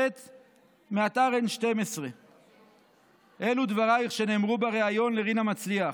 מאתר N12. אלו דברייך שנאמרו בריאיון לרינה מצליח: